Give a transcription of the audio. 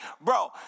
bro